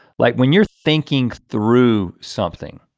like when you're thinking through something,